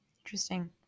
Interesting